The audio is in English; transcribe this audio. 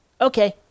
Okay